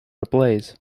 ablaze